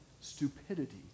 stupidity